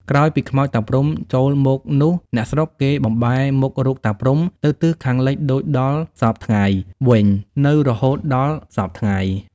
ក្រោយពីខ្មោចតាព្រហ្ម ចូលមកនោះអ្នកស្រុកគេបំបែរមុខរូបតា ព្រហ្ម ទៅទិសខាងលិចដូចដល់សព្វវិញ នៅរហូតដល់សព្វថ្ងៃ ។